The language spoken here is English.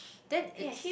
then it's